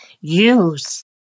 use